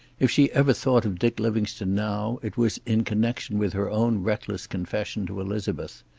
if she ever thought of dick livingstone now it was in connection with her own reckless confession to elizabeth.